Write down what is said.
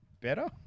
better